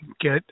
get